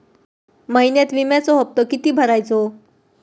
महिन्यात विम्याचो हप्तो किती भरायचो?